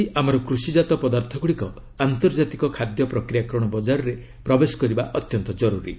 ସେ କହିଛନ୍ତି ଆମର କୃଷିକାତ ପଦାର୍ଥଗୁଡ଼ିକ ଆନ୍ତର୍ଜାତିକ ଖାଦ୍ୟ ପ୍ରକ୍ରିୟାକରଣ ବଜାରରେ ପ୍ରବେଶ କରିବା ଅତ୍ୟନ୍ତ ଜରୁରୀ